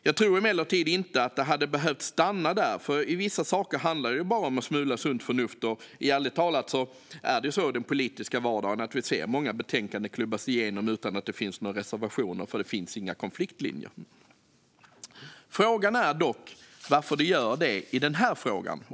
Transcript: Jag tror emellertid inte att det hade behövt stanna där, för vissa saker handlar bara om en smula sunt förnuft. Och ärligt talat är det så i den politiska vardagen att vi ser många betänkanden klubbas igenom utan att det finns några reservationer eftersom det inte finns några konfliktlinjer. Frågan är dock varför det gör det i denna fråga.